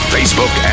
Facebook